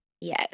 Yes